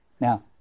Now